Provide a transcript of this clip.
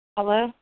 Hello